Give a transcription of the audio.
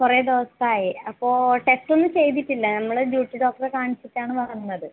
കുറേ ദിവസായി അപ്പൊൾ ടെസ്റ്റൊന്നും ചെയ്തിട്ടില്ല നമ്മൾ ഡ്യൂട്ടി ഡോക്ടറെ കാണിച്ചിട്ടാണ് വന്നത്